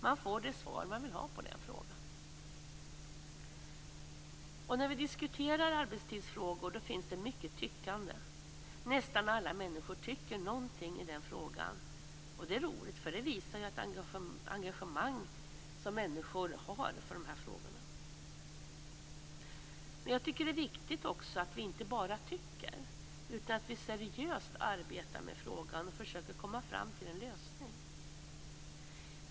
Man får det svar som man vill ha på den frågan. När vi diskuterar arbetstidsfrågor finns det mycket tyckande. Nästan alla människor tycker någonting i den frågan, och det är roligt, eftersom det visar det engagemang som människor har för dessa frågor. Men jag tycker också att det är viktigt att vi inte bara tycker utan att vi seriöst arbetar med frågan och försöker komma fram till en lösning.